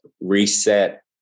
reset